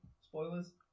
Spoilers